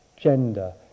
gender